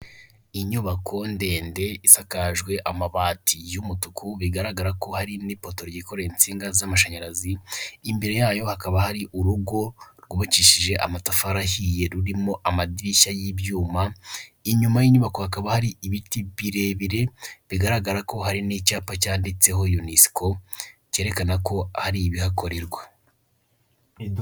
Inyubako ndendesakajwe amabati y'umutuku, bigaragara ko hari n'ipotoro ryikoreye insinga z'amashanyarazi, imbere yayo hakaba hari urugo rwubakishije amatafarihiye rurimo amadirishya y'ibyuma, inyuma y'inyubako hakaba hari ibiti birebire bigaragara ko hari n'icyapa cyanditseho unisiko cyerekana ko ari ibihakorerwa.